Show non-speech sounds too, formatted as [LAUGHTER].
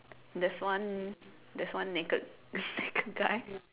there's one there's one naked [LAUGHS] naked guy